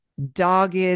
dogged